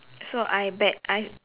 so I bet I